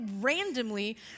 randomly